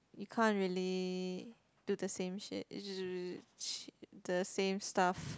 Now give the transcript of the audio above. you can't really do the same shit the same stuff